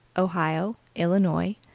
ohio, illinois,